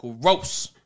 gross